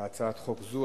להצעת חוק זו,